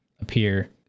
appear